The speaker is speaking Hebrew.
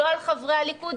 לא על חברי הליכוד,